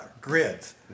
grids